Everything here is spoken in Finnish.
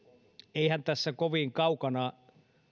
eiväthän tässä kovin kaukana